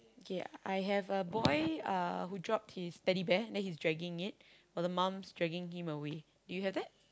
kay I have a boy uh who dropped his Teddy Bear then he's dragging it while the mom's dragging him away do you have that